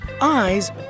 eyes